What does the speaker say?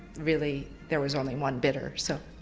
really there was only one bidder so